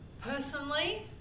Personally